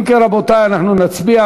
אם כן, רבותי, אנחנו נצביע.